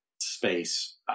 space